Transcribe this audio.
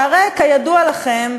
שהרי כידוע לכם,